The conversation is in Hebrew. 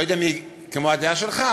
לא יודע אם היא כמו הדעה שלך,